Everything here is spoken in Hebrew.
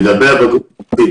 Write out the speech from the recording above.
לגבי הבגרות,